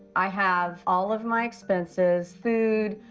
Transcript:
i have all of my expenses food,